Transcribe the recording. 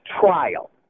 trial